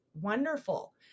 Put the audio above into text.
wonderful